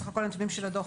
בסך הכול הנתונים של הדוח,